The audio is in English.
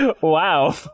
Wow